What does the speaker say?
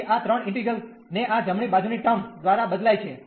તેથી આ ત્રણ ઇન્ટિગ્રેલ્સ ને આ જમણી બાજુની ટર્મ દ્વારા બદલાઈ છે